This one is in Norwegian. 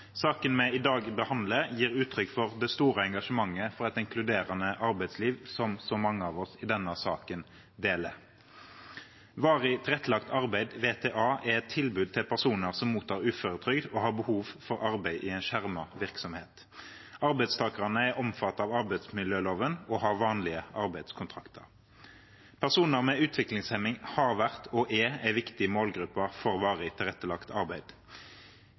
Saken vi behandler i dag, gir uttrykk for det store engasjementet for et inkluderende arbeidsliv som så mange av oss deler. Varig tilrettelagt arbeid, VTA, er et tilbud til personer som mottar uføretrygd og har behov for arbeid i en skjermet virksomhet. Arbeidstakerne er omfattet av arbeidsmiljøloven og har vanlige arbeidskontrakter. Personer med utviklingshemning har vært og er en viktig målgruppe for varig tilrettelagt arbeid.